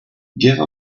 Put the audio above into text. give